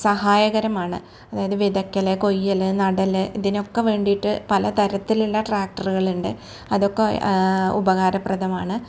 സഹായകരമാണ് അതായത് വിതയ്ക്കൽ കൊയ്യൽ നടൽ ഇതിനൊക്കെ വേണ്ടീട്ട് പലതരത്തിലുള്ള ട്രാക്ടറ്കളുണ്ട് അതൊക്കെ ഉപകാരപ്രദമാണ്